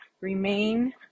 Remain